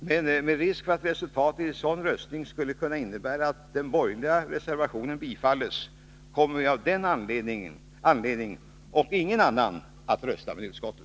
Men med tanke på risken att resultatet av en sådan röstning skulle kunna bli att den borgerliga reservationen bifalles, kommer vi — och enbart av denna anledning — att rösta med utskottet.